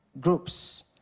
groups